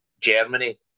Germany